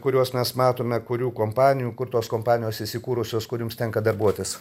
kuriuos mes matome kurių kompanijų kur tos kompanijos įsikūrusios kur jums tenka darbuotis